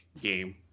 game